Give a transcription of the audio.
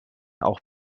auch